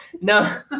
No